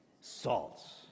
Salts